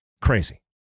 Crazy